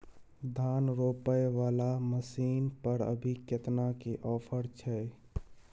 धान रोपय वाला मसीन पर अभी केतना के ऑफर छै?